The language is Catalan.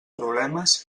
problemes